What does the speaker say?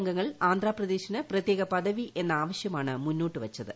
അംഗങ്ങൾ ആന്ധാപ്രദേശിന് പ്രത്യേക പദവി എന്ന ആവശ്യമാണ് മുന്നോട്ട് വച്ചത്